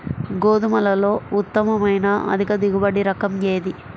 గోధుమలలో ఉత్తమమైన అధిక దిగుబడి రకం ఏది?